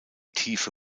tiefe